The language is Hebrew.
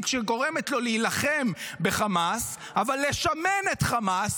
שגורמת לו להילחם בחמאס אבל לשמן את חמאס,